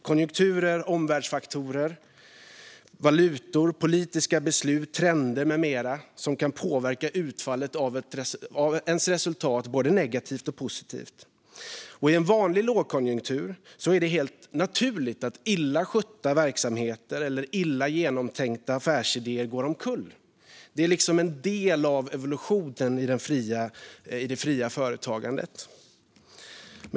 Konjunkturer, omvärldsfaktorer, valutor, politiska beslut, trender med mera kan påverka utfallet av ens resultat antingen positivt eller negativt. I en vanlig lågkonjunktur är det helt naturligt att illa skötta verksamheter eller illa genomtänkta affärsidéer går omkull. Det är en del av evolutionen i det fria företagandet.